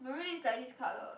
Maroon is like this colour